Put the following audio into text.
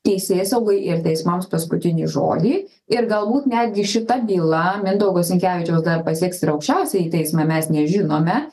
teisėsaugai ir teismams paskutinį žodį ir galbūt netgi šita byla mindaugo sinkevičiaus dar pasieks ir aukščiausiąjį teismą mes nežinome